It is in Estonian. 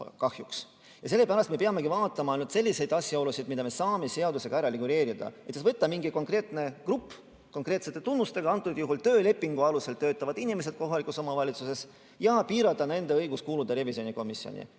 Sellepärast me peamegi vaatama nüüd selliseid asjaolusid, mida me saame seadusega ära reguleerida. Tuleks võtta näiteks mingi konkreetne grupp konkreetsete tunnustega, antud juhul töölepingu alusel töötavad inimesed kohalikus omavalitsuses, ja piirata nende õigust kuuluda revisjonikomisjoni.